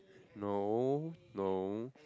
no